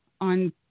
on